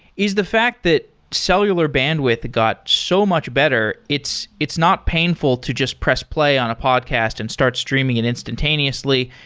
is the fact that cellular bandwidth got so much better. it's it's not painful to just press play on a podcast and start streaming it instantaneously.